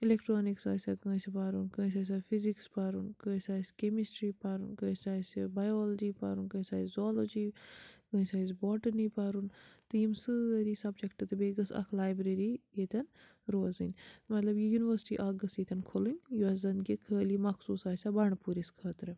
electronics آسہِ ہا کٲنٛسہِ پَرُن کٲنٛسہِ آسہِ ہا فِزِکٕس پَرُن کٲنٛسہِ آسہِ کمِسٹرٛی پَرُن کٲنٛسہِ آسہِ بَیالجی پَرُن کٲنٛسہِ آسہِ زوٛالجی کٲنٛسہِ آسہِ باٹنی پَرُن تہٕ یِم سٲری سَبجیٚکٹہٕ تہٕ بیٚیہِ گٔژھ اَکھ لایبرٛیری ییٚتیٚن روزٕنۍ مطلب یہِ یونیورسٹی اَکھ گٔژھ ییٚتیٚن کھُلٕنۍ یۄس زَن کہِ خٲلی مخصوٗص آسہِ ہا بنٛٛڈٕپوٗرِس خٲطرٕ